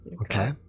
Okay